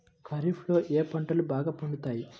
ఖరీఫ్లో ఏ పంటలు బాగా పండుతాయి?